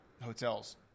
Hotels